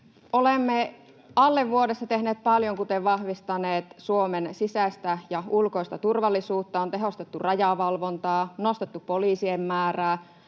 Olemme alle vuodessa tehneet paljon, kuten vahvistaneet Suomen sisäistä ja ulkoista turvallisuutta, on tehostettu rajavalvontaa, nostettu poliisien määrää,